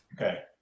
Okay